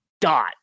dot